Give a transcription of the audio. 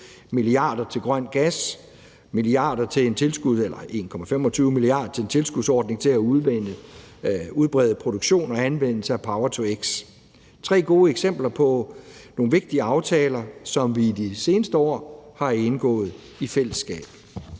milliarder til grøn gas og 1,25 mia kr. til en tilskudsordning til at udbrede produktion og anvendelse af power-to-x. Det er tre gode eksempler på nogle vigtige aftaler, som vi i de seneste år har indgået. Kl.